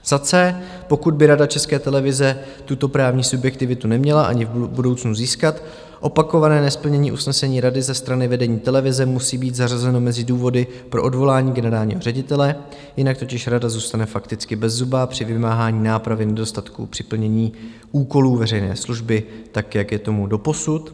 c) pokud by Rada České televize tuto právní subjektivitu neměla ani v budoucnu získat, opakované nesplnění usnesení rady ze strany vedení televize musí být zařazeno mezi důvody pro odvolání generálního ředitele, jinak totiž rada zůstane fakticky bezzubá při vymáhání nápravy nedostatků při plnění úkolů veřejné služby, tak jak je tomu doposud;